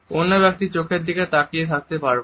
অন্য ব্যক্তির চোখের দিকে তাকিয়ে থাকতে পারবো